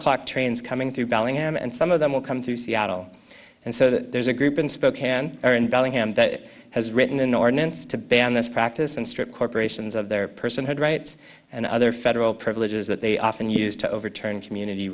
clock trains coming through bellingham and some of them will come to seattle and so there's a group in spokane or in bellingham that has written an ordinance to ban this practice and strip corporations of their personhood rights and other federal privileges that they often use to overturn community